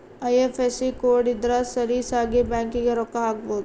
IFSC code ಇದ್ರ ಸಲೀಸಾಗಿ ಬ್ಯಾಂಕಿಗೆ ರೊಕ್ಕ ಹಾಕ್ಬೊದು